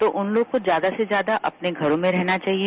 तो उन लोग को ज्यादा से ज्यादा अपने घरों में रहना चाहिए